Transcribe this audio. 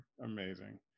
amazing